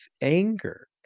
anger